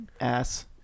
ass